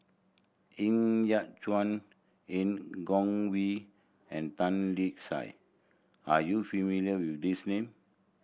Ng Yat Chuan Han Guangwei and Tan Lark Sye are you familiar with these name